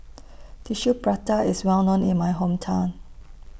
Tissue Prata IS Well known in My Hometown